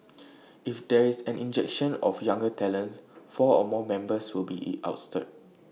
if there is an injection of younger talents four or more members will be E ousted